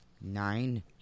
Nine